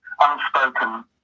unspoken